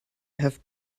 have